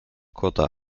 kota